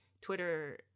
twitter